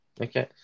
Okay